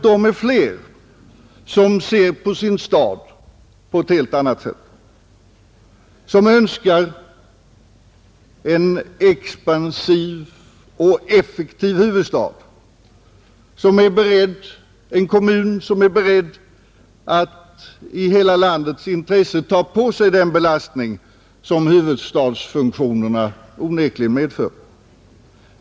Det är fler som ser på sin stad på ett helt annat sätt, som önskar en expansiv och effektiv huvudstad, en kommun som är beredd att i hela landets intresse ta på sig den belastning som huvudstadsfunktionerna onekligen medför.